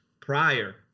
prior